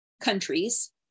countries